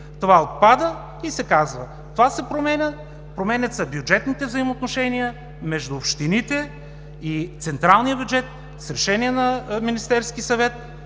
това отпада и се казва: „Това се променя. Променят се бюджетните взаимоотношения между общините и централния бюджет с решение на Министерския съвет“,